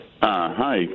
Hi